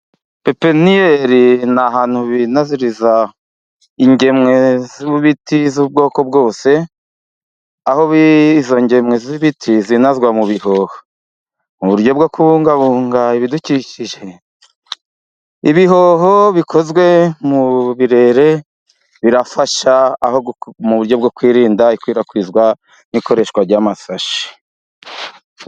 Pepiniyeri ni ahantu binaziriza ingemwe z'ibiti z'ubwoko bwose, aho izogemwe z'ibiti zinazwa mu bihoho. Uburyo bwo kubungabunga ibidukikije ibihoho bikozwe mu birere birafasha mu buryo bwo kwirinda ikwirakwizwa n'ikoreshwa ry'amasashi.